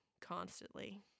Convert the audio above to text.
constantly